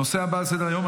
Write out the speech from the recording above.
הנושא הבא על סדר-היום,